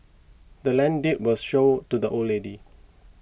the land's deed was sold to the old lady